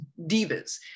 divas